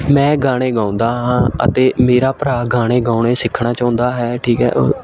ਮੈਂ ਗਾਣੇ ਗਾਉਂਦਾ ਹਾਂ ਅਤੇ ਮੇਰਾ ਭਰਾ ਗਾਣੇ ਗਾਉਣੇ ਸਿੱਖਣਾ ਚਾਹੁੰਦਾ ਹੈ ਠੀਕ ਹੈ ਅ